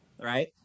Right